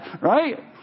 right